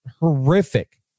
Horrific